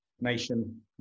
nation